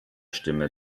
stimme